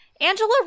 Angela